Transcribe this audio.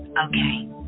Okay